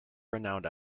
renowned